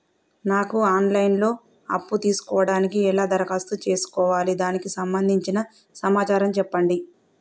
నాకు online లో అప్పు తీసుకోవడానికి ఎలా దరఖాస్తు చేసుకోవాలి దానికి సంబంధించిన సమాచారం చెప్పండి?